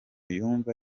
yumva